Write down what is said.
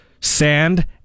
sand